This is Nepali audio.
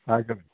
हजुर